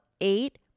eight